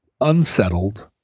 unsettled